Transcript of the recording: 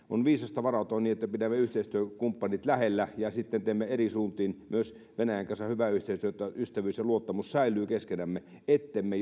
on viisasta varautua niin että pidämme yhteistyökumppanit lähellä ja sitten teemme eri suuntiin myös venäjän kanssa hyvää yhteistyötä ja ystävyys ja luottamus säilyy keskenämme ettemme